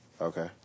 Okay